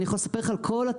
הם כנראה שינו את העמדה שלהם.